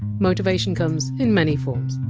motivation comes in many forms.